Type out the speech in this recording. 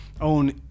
own